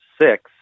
six